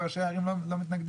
וראשי הערים לא מתנגדים.